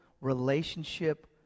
relationship